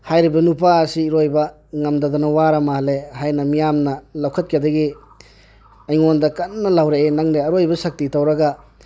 ꯍꯥꯏꯔꯤꯕ ꯅꯨꯄꯥ ꯑꯁꯤ ꯏꯔꯣꯏꯕ ꯉꯝꯗꯗꯅ ꯋꯥꯔ ꯃꯥꯜꯂꯦ ꯍꯥꯏꯅ ꯃꯤꯌꯥꯝꯅ ꯂꯧꯈꯠꯀꯗꯒꯤ ꯑꯩꯉꯣꯟꯗ ꯀꯟꯅ ꯂꯥꯎꯔꯛꯑꯦ ꯅꯪꯅ ꯑꯦꯔꯣꯏꯕ ꯁꯛꯇꯤ ꯇꯧꯔꯒ